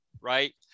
Right